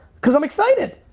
cause i'm excited!